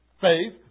faith